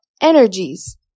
energies